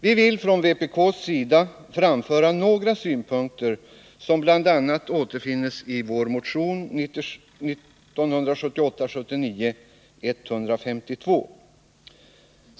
Vi vill från vpk:s sida framföra några synpunkter som bl.a. återfinns i vår motion 1978/79:152.